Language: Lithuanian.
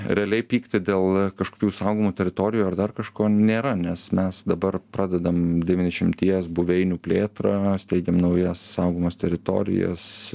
realiai pykti dėl kažkokių saugomų teritorijų ar dar kažko nėra nes mes dabar pradedam devyniasdešimties buveinių plėtrą steigiam naujas saugomas teritorijas